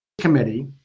committee